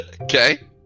okay